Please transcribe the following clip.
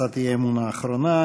הצעת האי-אמון האחרונה,